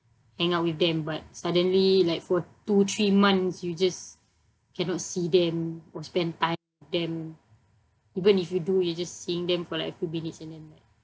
hang out with them but suddenly like for two three months you just cannot see them or spend time with them even if you do you're just seeing them for like a few minutes and then like